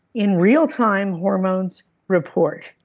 in real time, hormones report.